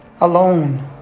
alone